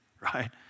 right